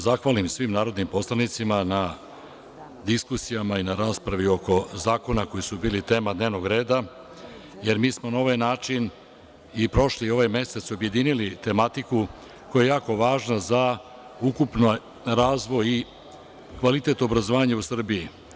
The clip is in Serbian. Da se zahvalim svim narodnim poslanicima na diskusijama i na raspravi oko zakona koji su bili tema dnevnog reda, jer mi smo na ovaj način i prošli i ovaj mesec objedinili tematiku koja je jako važna za ukupan razvoj i kvalitet obrazovanja u Srbiji.